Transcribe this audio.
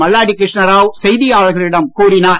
மல்லாடி கிருஷ்ணராவ் செய்தியாளர்களிடம் கூறினார்